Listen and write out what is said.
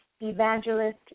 Evangelist